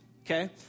okay